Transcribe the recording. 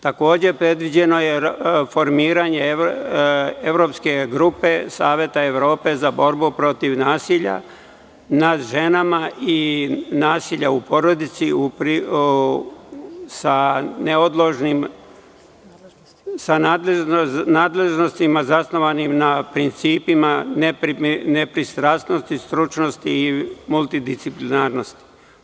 Takođe, predviđeno je formiranje evropske grupe Saveta Evrope za borbu protiv nasilja nad ženama i nasilja u porodici sa nadležnostima zasnovanim na principima ne pristrasnosti stručnosti i multidisciplinarnosti.